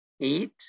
eight